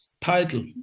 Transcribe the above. title